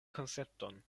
koncepton